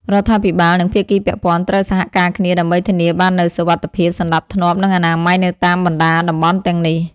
រដ្ឋាភិបាល និងភាគីពាក់ព័ន្ធត្រូវសហការគ្នាដើម្បីធានាបាននូវសុវត្ថិភាព សណ្តាប់ធ្នាប់ និងអនាម័យនៅតាមបណ្តាតំបន់ទាំងនេះ។